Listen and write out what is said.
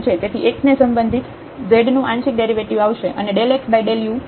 તેથી x ને સંબંધિત z નું આંશિક ડેરિવેટિવ આવશે અને xu થશે